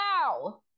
now